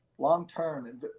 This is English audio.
long-term